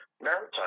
maritime